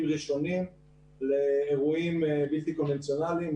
ראשונים לאירועים בלתי קונבנציונליים,